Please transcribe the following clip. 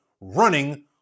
running